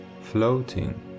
floating